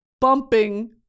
bumping